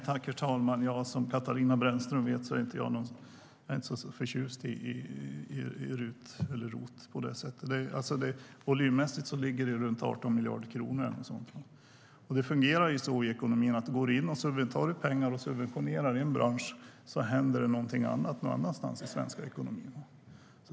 Herr talman! Som Katarina Brännström vet är jag inte så förtjust i RUT eller ROT. Volymmässigt ligger det runt 18 miljarder kronor eller något sådant. Det fungerar så i ekonomin att om du tar pengar och subventionerar en bransch händer det något annat någon annanstans i svensk ekonomi.